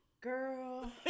girl